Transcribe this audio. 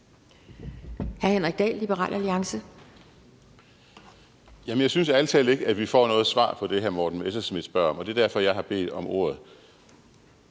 Henrik Dahl (LA): Jeg synes ærlig talt ikke, at vi får noget svar på det, hr. Morten Messerschmidt spørger om, og det er derfor, jeg har bedt om ordet.